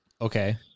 Okay